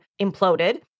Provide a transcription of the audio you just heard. imploded